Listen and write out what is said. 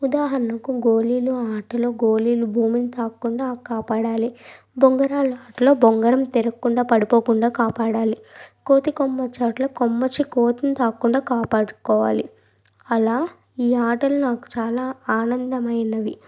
ఉదాహరణకు గోలీల ఆటలో గోలీలు భూమిని తాక్కుండా కాపాడాలి బొంగరాళ్లాటలో బొంగరం తీరక్కుండా పడిపోకుండా కాపాడాలి కోతి కొమ్మచ్చి ఆటలో కొమ్మొచ్చి కోతిని తాక్కుండా కాపాడుకోవాలి అలా ఈ ఆటలు నాకు చాలా ఆనందమైనవి